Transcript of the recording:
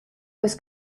was